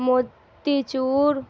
موتی چور